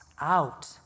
out